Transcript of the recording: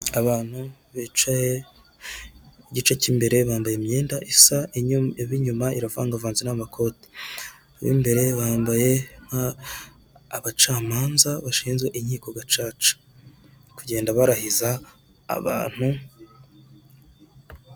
Abantu bicaye ku igice cy'imbere bambaye imyenda isaa ab'inyuma iravangavanze n'amakoti ab'imbere bambaye nk'abacamanza bashinzwe inkiko gacaca bari kugenda barahiza abantu.